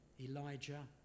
Elijah